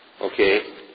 Okay